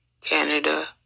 Canada